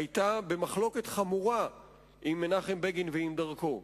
היתה במחלוקת חמורה עם מנחם בגין ועם דרכו.